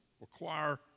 require